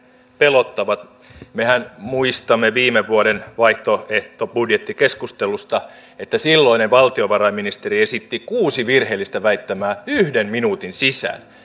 pelottavat mehän muistamme viime vuoden vaihtoehtobudjettikeskustelusta että silloinen valtiovarainministeri esitti kuusi virheellistä väittämää yhden minuutin sisään